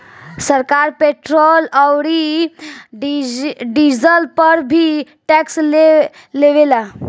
सरकार पेट्रोल औरी डीजल पर भी टैक्स ले लेवेला